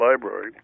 library